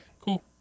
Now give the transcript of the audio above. cool